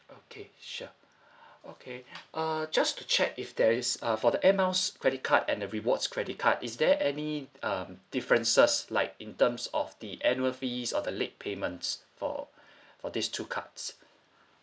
okay sure okay uh just to check if there is uh for the air miles credit card and the rewards credit card is there any um differences like in terms of the annual fees or the late payments for for these two cards